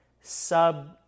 sub